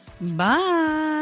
Bye